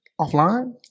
Offline